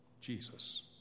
Jesus